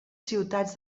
ciutats